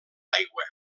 aigua